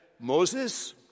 Moses